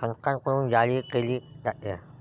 संस्थांकडून जाहीर केली जाते